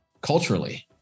culturally